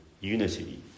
unity